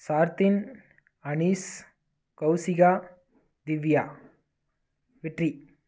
சார்த்தின் அனீஸ் கௌசிகா திவ்யா வெற்றி